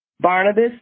Barnabas